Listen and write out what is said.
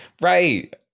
Right